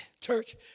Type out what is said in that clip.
Church